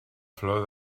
flor